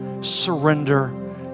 surrender